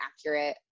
accurate